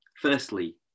Firstly